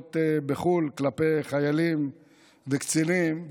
תביעות בחו"ל כלפי חיילים וקצינים.